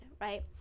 right